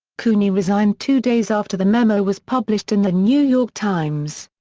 cooney resigned two days after the memo was published in the new york times.